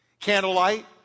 candlelight